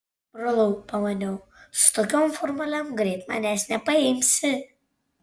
brolau pamaniau su tokiom formulėm greit manęs nepaimsi